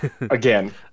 Again